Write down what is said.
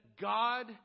God